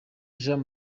jean